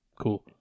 cool